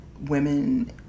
women